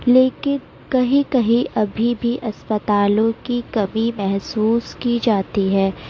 لیکن کہیں کہیں ابھی بھی اسپتالوں کی کمی محسوس کی جاتی ہے